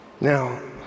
Now